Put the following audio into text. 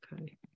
Okay